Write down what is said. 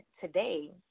today